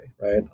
right